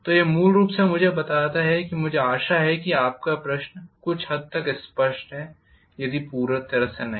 तो यह मूल रूप से मुझे बताता है मुझे आशा है कि आपका प्रश्न कुछ हद तक स्पष्ट है यदि पूरी तरह से नहीं